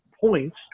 points